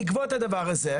בעקבות הדבר הזה,